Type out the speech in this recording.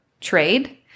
trade